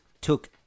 took